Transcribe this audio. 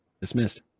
Dismissed